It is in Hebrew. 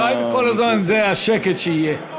הלוואי שכל הזמן זה השקט שיהיה.